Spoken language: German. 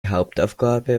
hauptaufgabe